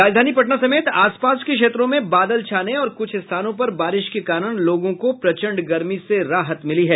राजधानी पटना समेत आसपास के क्षेत्रों में बादल छाने और कुछ स्थानों पर बारिश के कारण लोगों को प्रचंड गर्मी से राहत मिली है